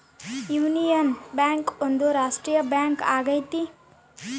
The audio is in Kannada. ಯೂನಿಯನ್ ಬ್ಯಾಂಕ್ ಒಂದು ರಾಷ್ಟ್ರೀಯ ಬ್ಯಾಂಕ್ ಆಗೈತಿ